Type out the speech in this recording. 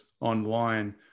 online